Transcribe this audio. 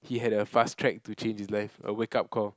he had a fast track to change his life a wake up call